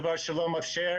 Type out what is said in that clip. דבר שלא מתאפשר